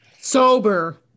Sober